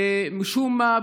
משום מה,